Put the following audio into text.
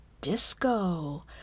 disco